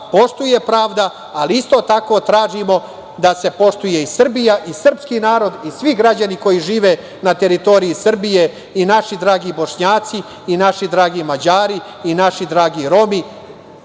poštuje pravda, ali isto tako tražimo da se poštuje i Srbija i srpski narod i svi građani koji žive na teritoriji Srbije i naši dragi Bošnjaci i naši dragi Mađari i naši dragi Romi